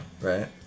right